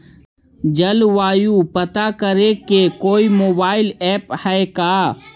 जलवायु पता करे के कोइ मोबाईल ऐप है का?